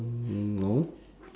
mm no